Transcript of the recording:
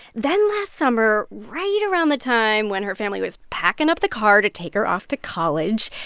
then last summer, right around the time when her family was packing up the car to take her off to college,